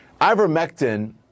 ivermectin